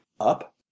up